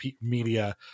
media